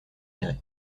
serrés